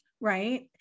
Right